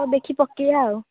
ହଉ ଦେଖି ପକେଇବା ଆଉ